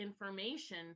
information